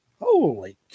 Holy